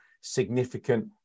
significant